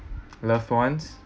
loved ones